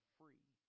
free